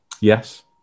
Yes